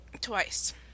Twice